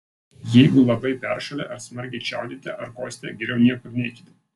jeigu labai peršalę ir smarkiai čiaudite ar kosite geriau niekur neikite